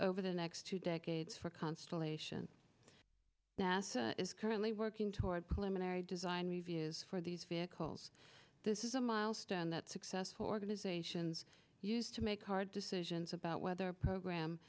over the next two decades for constellation nasa is currently working toward clinton era design reviews for these vehicles this is a milestone that successful organizations use to make hard decisions about whether a program